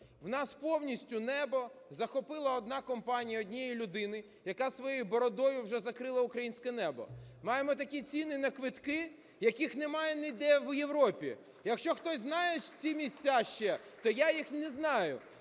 В нас повністю небо захопила одна компанія, однієї людини, яка своєю бородою вже закрила українське небо. Маємо такі ціни на квитки, яких немає ніде в Європі. Якщо хтось знає ці місця ще, то я їх не знаю.